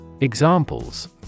Examples